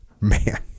Man